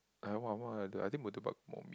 like what what are the I think Murtabak more